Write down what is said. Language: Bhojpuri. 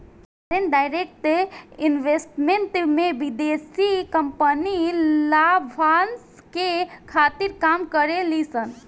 फॉरेन डायरेक्ट इन्वेस्टमेंट में विदेशी कंपनी लाभांस के खातिर काम करे ली सन